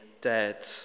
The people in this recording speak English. dead